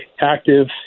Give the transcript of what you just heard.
active